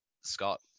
Scott